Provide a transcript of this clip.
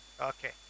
Okay